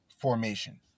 formation